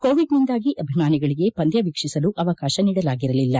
ಕೋವಿಡ್ನಿಂದಾಗಿ ಅಭಿಮಾನಿಗಳಿಗೆ ಪಂದ್ಯ ವೀಕ್ಷಿಸಲು ಅವಕಾಶ ನೀಡಲಾಗಿರಲಿಲ್ಲ